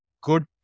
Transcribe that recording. good